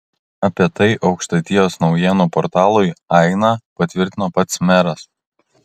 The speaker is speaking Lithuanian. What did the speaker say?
apie tai aukštaitijos naujienų portalui aina patvirtino pats meras